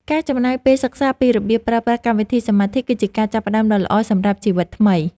ការចំណាយពេលសិក្សាពីរបៀបប្រើប្រាស់កម្មវិធីសមាធិគឺជាការចាប់ផ្តើមដ៏ល្អសម្រាប់ជីវិតថ្មី។